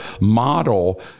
Model